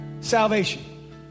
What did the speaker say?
Salvation